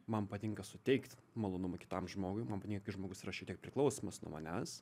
man patinka suteikt malonumą kitam žmogui man niekad žmogus yra šitiek priklausomas nuo manęs